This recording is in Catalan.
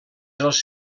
dels